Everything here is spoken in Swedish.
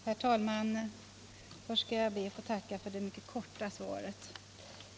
Herr talman! Först skall jag be att få tacka för det korta svaret.